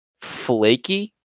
flaky